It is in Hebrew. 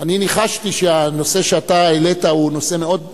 אני ניחשתי שהנושא שאתה העלית הוא נושא מאוד מעניין,